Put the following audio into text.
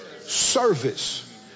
service